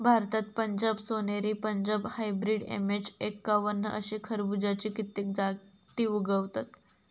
भारतात पंजाब सोनेरी, Punjab hybrid, MH एक्कावन्न अशे खरबुज्याची कित्येक जाती उगवतत